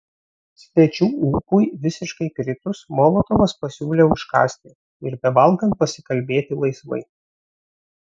svečių ūpui visiškai kritus molotovas pasiūlė užkąsti ir bevalgant pasikalbėti laisvai